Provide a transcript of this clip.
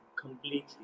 completely